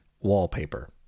wallpaper